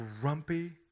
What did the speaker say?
grumpy